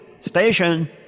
station